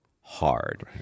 hard